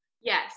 Yes